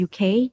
UK